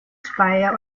speyer